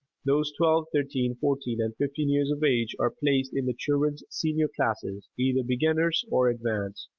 those twelve, thirteen, fourteen and fifteen years of age are placed in the children's senior classes, either beginners or advanced.